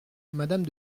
madame